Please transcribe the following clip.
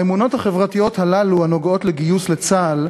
האמונות החברתיות הללו הנוגעות לגיוס לצה"ל,